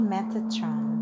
Metatron